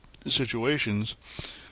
situations